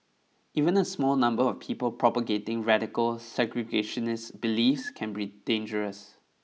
even a small number of people propagating radical segregationist beliefs can be dangerous